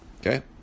Okay